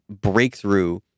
breakthrough